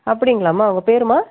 அப்படிங்களாமா உங்கள் பேருமா